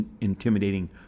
intimidating